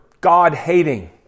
God-hating